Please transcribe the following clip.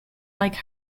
like